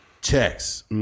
checks